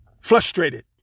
Frustrated